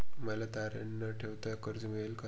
मला तारण न ठेवता कर्ज मिळेल का?